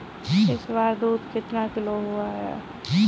इस बार दूध कितना किलो हुआ है?